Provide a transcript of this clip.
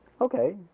okay